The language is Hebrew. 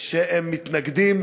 שהם מתנגדים